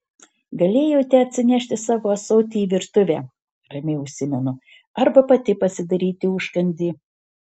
galėjote atsinešti savo ąsotį į virtuvę ramiai užsimenu arba pati pasidaryti užkandį